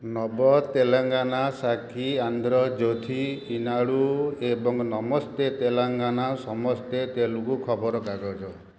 ନବ ତେଲେଙ୍ଗାନା ସାକ୍ଷୀ ଆନ୍ଧ୍ର ଜ୍ୟୋଥି ଇନାଡୁ ଏବଂ ନମସ୍ତେ ତେଲେଙ୍ଗାନା ସମସ୍ତେ ତେଲୁଗୁ ଖବରକାଗଜ